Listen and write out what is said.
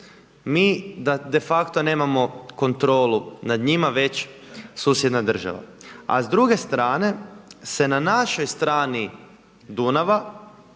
mi de facto nemamo kontrolu nad njima već susjedna država. A s druge strane se na našoj strani Dunava